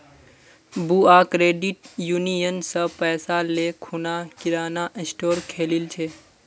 बुआ credit union स पैसा ले खूना किराना स्टोर खोलील छ